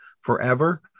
forever